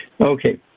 Okay